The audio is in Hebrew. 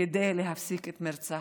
כדי להפסיק את מרחץ הדמים?